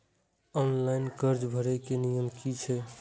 Online कर्जा भरे के नियम की छे?